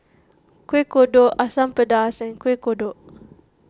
Kueh Kodok Asam Pedas and Kueh Kodok